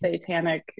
satanic